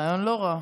רעיון לא רע.